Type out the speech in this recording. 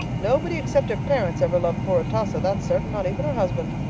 nobody except her parents ever loved poor atossa, that's certain, not even her husband,